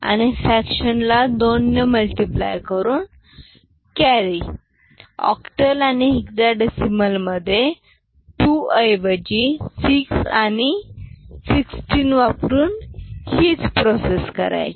अणि fraction ला 2 ने मल्टिपल करून कॅरी ऑक्टल आणि हेक्साडेसिमाल मधे 2 ऐवजी 6 आणि 16 वापरून हीच प्रोसेस करायची